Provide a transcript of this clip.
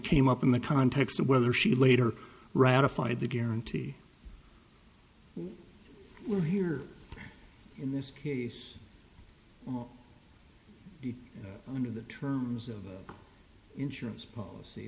came up in the context of whether she later ratified the guarantee or here in this case you under the terms of the insurance policy